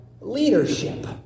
leadership